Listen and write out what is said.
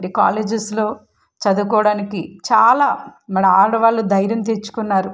మరి కాలేజెస్లో చదువుకోవడానికి చాలా మన ఆడవాళ్లు ధైర్యం తెచ్చుకున్నారు